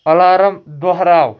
الارَام دۄہراو